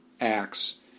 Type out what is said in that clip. acts